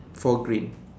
four green